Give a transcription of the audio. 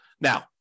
Now